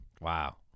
Wow